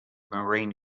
marine